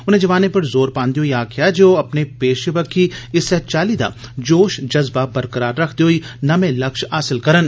उनें जवानें पर जोर पान्दे होई आक्खेआ जे ओह् अपने पेशे बक्खी इस्सै चाल्ली दा जोश जज्बा बरकरार रखदे होई नमें लक्ष हासल करन